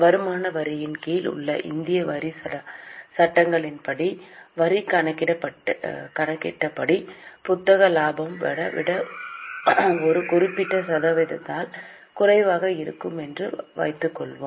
வருமான வரியின் கீழ் உள்ள இந்திய வரிச் சட்டங்களின்படி வரி கணக்கிடப்பட்டபடி புத்தக லாபத்தை விட ஒரு குறிப்பிட்ட சதவீதத்தால் குறைவாக இருக்கும் என்று வைத்துக்கொள்வோம்